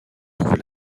trouver